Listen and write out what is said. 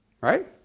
Right